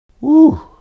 Woo